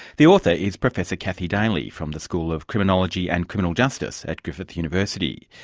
the author is professor kathy daly, from the school of criminology and criminal justice at griffith university.